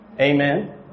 Amen